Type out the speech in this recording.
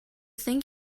think